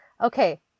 Okay